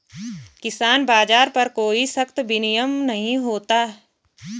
किसान बाज़ार पर कोई सख्त विनियम नहीं होता